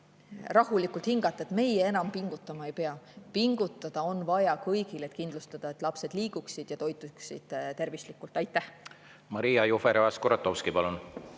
rahulikult hingata, et nemad enam pingutama ei pea. Pingutada on vaja kõigil, et kindlustada, et lapsed liiguksid ja toituksid tervislikult. Aitäh!